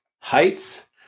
heights